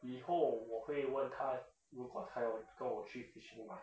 以后我会问他如果他要跟我去 fishing 吗